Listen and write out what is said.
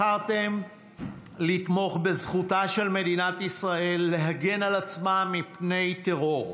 בחרתם לתמוך בזכותה של מדינת ישראל להגן על עצמה מפני טרור,